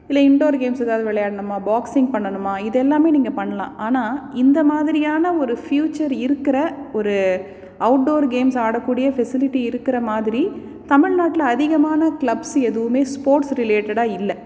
இல்லை indoor games ஏதாவது விளையாடணுமா பாக்ஸிங் பண்ணணுமா இதெல்லாம் நீங்கள் பண்ணலாம் ஆனால் இந்த மாதிரியான ஒரு ஃப்யூச்சர் இருக்கிற ஒரு அவுட்டோர் கேம்ஸ் ஆடக்கூடிய ஃபெசிலிட்டி இருக்கிற மாதிரி தமிழ்நாட்டில் அதிகமான கிளப்ஸு எதுவும் ஸ்போர்ட்ஸ் ரிலேட்டடாக இல்லை